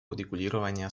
урегулирования